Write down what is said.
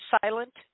silent